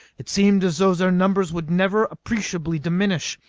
it seemed as though their numbers would never appreciably diminish.